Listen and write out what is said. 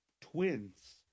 twins